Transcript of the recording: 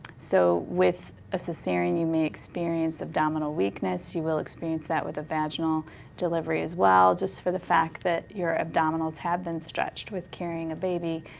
so with a so caesarian you may experience abdominal weakness. you will experience that with a vaginal delivery as well, just for the fact that your abdominals have been stretched with carrying a baby.